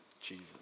Jesus